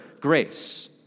grace